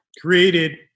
created